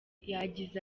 yagize